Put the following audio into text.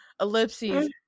ellipses